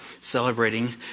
celebrating